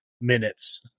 minutes